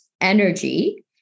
energy